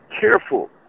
careful